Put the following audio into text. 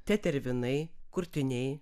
tetervinai kurtiniai